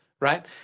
right